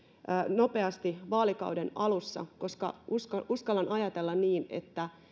nopeasti vaalikauden alussa koska uskallan uskallan ajatella niin että